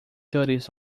duties